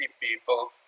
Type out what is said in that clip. people